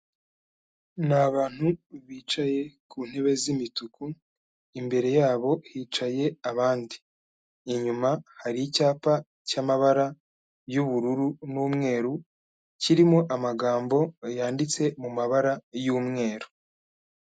Ni abantu bicaye ku ntebe z'imituku imbere yabo hicaye abandi inyuma hari icyapa cy'amabara y'ubururu n'umweru kirimo amagambo yanditse mu mabara y'umweru.